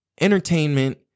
entertainment